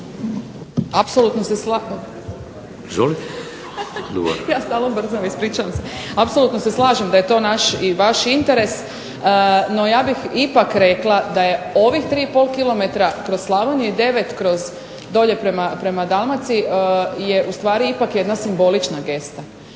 Apsolutno se slažem da je to naš i vaš interes. No ja bih ipak rekla da je ovih 3,5km kroz Slavoniju i 9 dolje prema Dalmaciji ustvari ipak jedna simbolična gesta.